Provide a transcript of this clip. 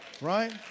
Right